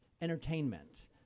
entertainment